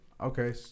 okay